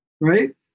right